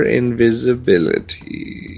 invisibility